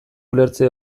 ulertze